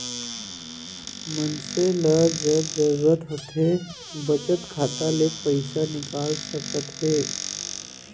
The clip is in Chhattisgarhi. मनसे ल जब जरूरत होथे बचत खाता ले पइसा निकाल सकत हे